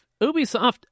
Ubisoft